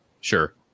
Sure